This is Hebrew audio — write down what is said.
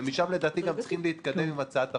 ומשם לדעתי גם צריכים להתקדם עם הצעת החוק,